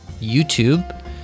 YouTube